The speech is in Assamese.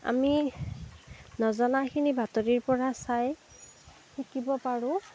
আমি নজনাখিনি বাতৰিৰ পৰা চাই শিকিব পাৰোঁ